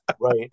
right